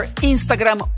Instagram